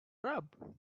rub